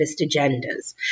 agendas